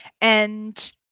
and-